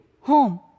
home